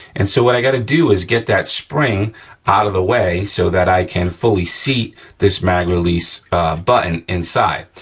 and so, what i gotta do is get that spring out of the way, so that i can fully seat this mag release button inside.